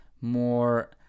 more